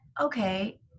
okay